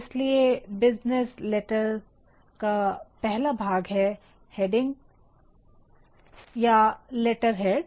इसलिए business letters का पहला भाग है हैडिंग या लेटरहेड